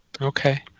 Okay